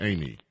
Amy